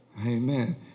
Amen